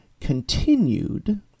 continued